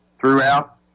throughout